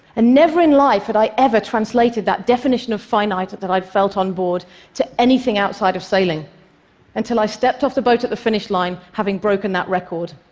and never in my life had i ever translated that definition of finite that that i'd felt on board to anything outside of sailing until i stepped off the boat at the finish line having broken that record.